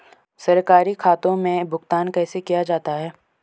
सरकारी खातों में भुगतान कैसे किया जाता है?